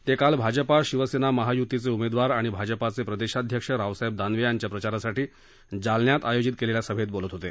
ते काल भाजपा शिवसेना महायुतीचे उमेदवार आणि भाजपाचे प्रदेशाध्यक्ष रावसाहेब दानवे याच्या प्रचारासाठी जालन्यात आयोजित केलेल्या सभेत बोलत होते